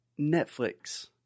Netflix